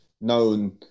known